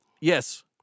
Yes